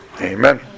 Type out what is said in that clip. amen